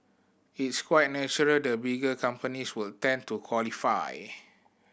it's quite natural the bigger companies would tend to qualify